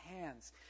hands